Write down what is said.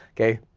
okay.